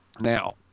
Now